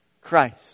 Christ